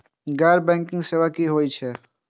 गैर बैंकिंग सेवा की होय छेय?